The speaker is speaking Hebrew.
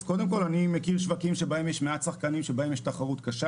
אני מכיר שווקים בהם יש מעט שחקנים ובהם יש תחרות קשה